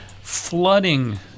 flooding